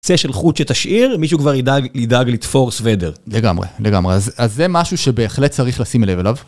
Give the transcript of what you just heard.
קצה של חוץ שתשאיר, מישהו כבר ידאג-ידאג לתפור סוודר. לגמרי, לגמרי. אז-אז זה משהו שבהחלט צריך לשים לב אליו.